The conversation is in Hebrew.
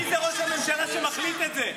לא, לא, הבסיס זה ראש ממשלה שמחליט את זה.